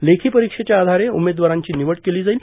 लेखी परिक्षेच्या आधारे उमेदवारांची निवड केली जाईल